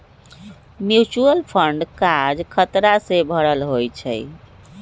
mutual fund काज़ खतरा से भरल होइ छइ